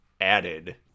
added-